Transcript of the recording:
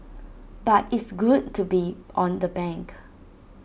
but it's good to be on the bank